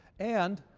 and